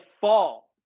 fall